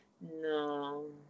No